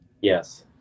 Yes